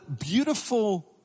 beautiful